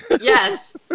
Yes